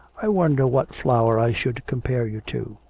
i wonder what flower i should compare you to?